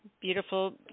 beautiful